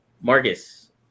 Marcus